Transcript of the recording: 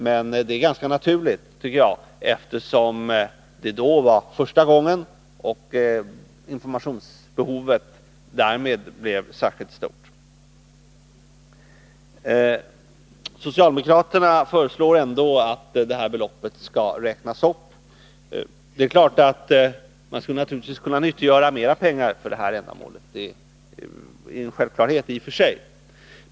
Men det är ganska naturligt, tycker jag, eftersom det då var första gången de här bestämmelserna gällde och informationsbehovet därmed blev särskilt stort. Socialdemokraterna föreslår ändå att beloppet skall räknas upp. Det är klart att det skulle kunna nyttiggöras mera pengar för ändamålet — det är en 117 självklarhet i och för sig.